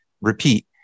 repeat